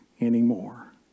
anymore